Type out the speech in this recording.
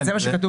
זה מה שכתוב.